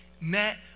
met